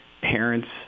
parents